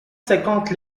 cinquante